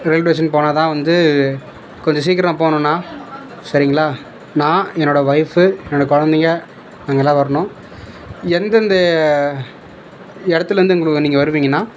railway station போனால்தா வந்து கொஞ்சம் சீக்கிரம் போகணுண்ணா சரிங்களா நான் என்னோடய ஒய்ஃபு என்னோடய குழந்தைங்க நாங்களெலாம் வரணும் எந்தெந்த இடத்துலந்து நீங்கள் வருவீங்கணா